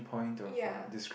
ya